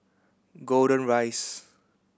Golden Rise